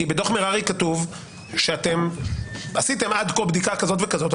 כי בדוח מררי כתוב שעשיתם עד כה בדיקה כזאת וכזאת,